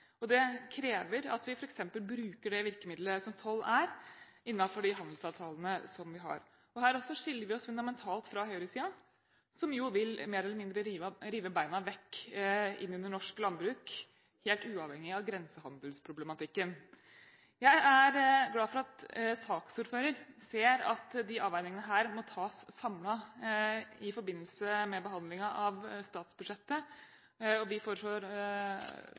Det krever at vi f.eks. bruker det virkemidlet som toll er innenfor de handelsavtalene som vi har. Også her skiller vi oss fundamentalt fra høyresiden, som mer eller mindre vil rive bena vekk under norsk landbruk, helt uavhengig av grensehandelsproblematikken. Jeg er glad for at representanten Gundersen ser at disse avveiningene må tas samlet i forbindelse med behandlingen av statsbudsjettet. Vi foreslår